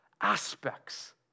aspects